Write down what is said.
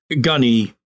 Gunny